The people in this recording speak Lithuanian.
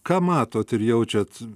ką matot ir jaučiat